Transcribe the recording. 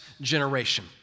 generation